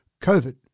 covid